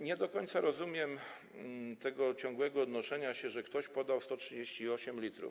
Nie do końca rozumiem tego ciągłego odnoszenia się, że ktoś podał 138 l.